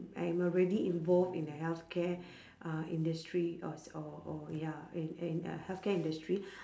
I am already involved in the healthcare uh industry or s~ or or ya in in uh healthcare industry